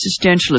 existentialist